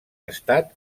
estat